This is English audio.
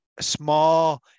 small